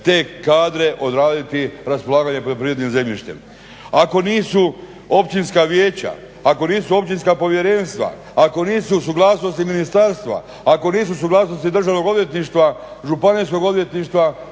te kadre odraditi raspolaganje poljoprivrednim zemljištem. Ako nisu općinska vijeća, ako nisu općinska povjerenstva, ako nisu suglasnosti ministarstva, ako nisu suglasnosti državnog odvjetništva, županijskog odvjetništva